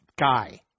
guy